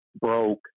broke